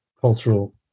cultural